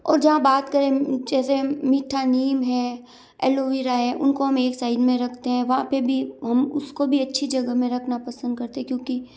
और जहाँ बात करें जैसे मीठा नीम है एलोवीरा है उनको हम एक साइड में रखते हैं वहाँ पे भी हम उसको भी अच्छी जगह में रखना पसंद करते हैं क्योंकि